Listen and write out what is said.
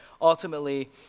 ultimately